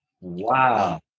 wow